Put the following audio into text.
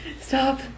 Stop